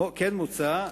כן מוצע,